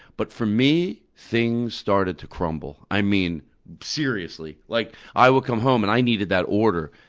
but for me, things started to crumble. i mean seriously. like i would come home and i needed that order,